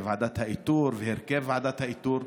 ועדת האיתור והרכב ועדת האיתור.